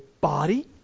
body